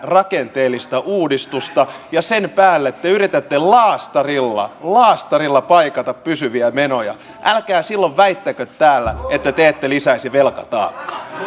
rakenteellista uudistusta ja sen päälle te yritätte laastarilla laastarilla paikata pysyviä menoja älkää silloin väittäkö täällä että te ette lisäisi velkataakkaa